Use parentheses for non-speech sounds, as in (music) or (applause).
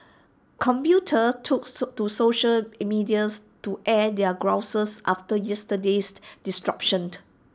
commuters took (unintelligible) to to social in medias to air their grouses after yesterday's disruption